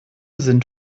sind